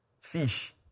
Fish